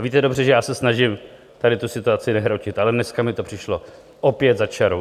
Víte dobře, že já se snažím tady tu situaci nehrotit, ale dneska mi to přišlo opět za čarou.